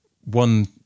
one